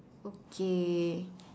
okay